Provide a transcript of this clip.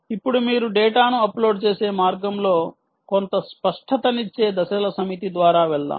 ఇప్పుడు మీరు డేటాను అప్లోడ్ చేసే మార్గంలో కొంత స్పష్టతనిచ్చే దశల సమితి ద్వారా వెళ్దాం